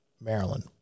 Maryland